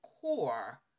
core